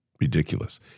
ridiculous